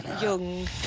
young